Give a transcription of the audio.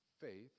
faith